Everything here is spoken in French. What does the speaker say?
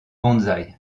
bonsaï